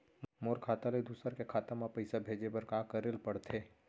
मोर खाता ले दूसर के खाता म पइसा भेजे बर का करेल पढ़थे?